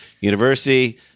University